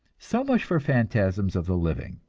so much for phantasms of the living.